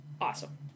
Awesome